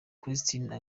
christina